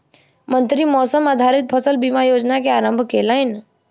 मंत्री मौसम आधारित फसल बीमा योजना के आरम्भ केलैन